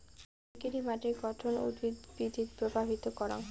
কেঙকরি মাটির গঠন উদ্ভিদ বৃদ্ধিত প্রভাবিত করাং?